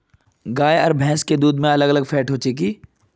गाय आर भैंस के दूध में अलग अलग फेट होचे की?